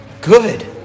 good